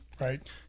Right